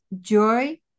joy